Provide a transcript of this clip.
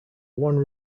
one